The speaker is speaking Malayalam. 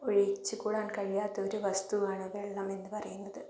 ഒഴിച്ചുകൂടാൻ കഴിയാത്തൊരു വസ്തുവാണ് വെള്ളമെന്നു പറയുന്നത്